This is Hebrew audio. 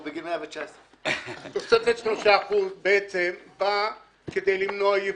הוא בגיל 119. התוספת של 3% בעצם באה כדי למנוע ייבוא.